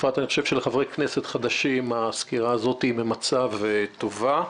בפרט אני חושב שלחברי כנסת חדשים הסקירה הזאת ממצה וטובה.